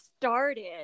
started